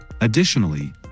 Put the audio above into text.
Additionally